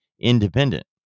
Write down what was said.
independent